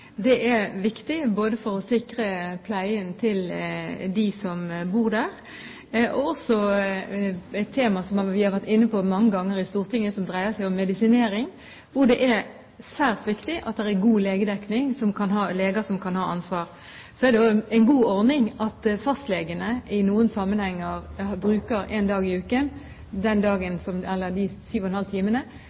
Det er viktig både for å sikre pleien til dem som bor der, og når dreier seg om medisinering, som er et tema vi har vært inne på mange ganger i Stortinget. Det er særs viktig at det er god legedekning, med leger som kan ha ansvar for det. Det er også en god ordning at fastlegene i noen sammenhenger bruker én dag i uken, syv og en halv time, da de